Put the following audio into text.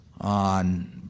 on